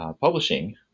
publishing